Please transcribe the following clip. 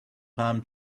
palm